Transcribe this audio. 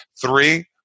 Three